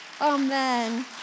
Amen